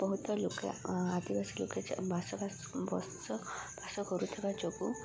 ବହୁତ ଲୋକେ ଆଦିବାସୀ ଲୋକେ ବାସ ବାସ ବସବାସ କରୁଥିବା ଯୋଗୁଁ